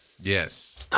Yes